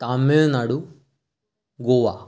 Tamil Nadu Goa